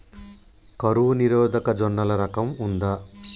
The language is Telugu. కరువు నిరోధక జొన్నల రకం ఉందా?